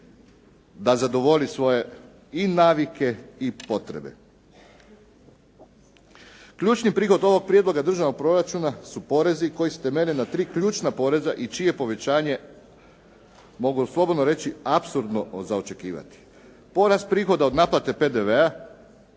da zadovolji i svoje navike i potrebe. Ključni prilog ovog prijedloga državnog proračuna su porezi koji se temelje na tri ključna poreza i čije povećanje, mogu slobodno reći apsurdno za očekivati. Porast prihoda od naplate PDV-a